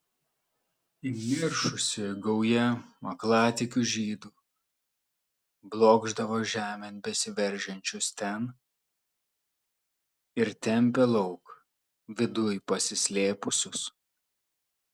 įniršusi gauja aklatikių žydų blokšdavo žemėn besiveržiančius ten ir tempė lauk viduj pasislėpusius